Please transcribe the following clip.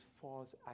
false